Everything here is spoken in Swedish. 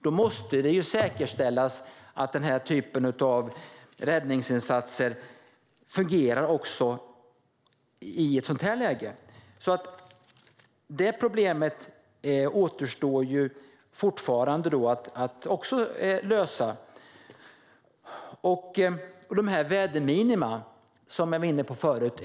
Då måste det säkerställas att den här typen av räddningsinsatser fungerar även i ett sådant läge, och det problemet återstår alltså fortfarande att lösa. Vi var tidigare inne på väderminimum.